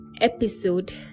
episode